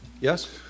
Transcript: Yes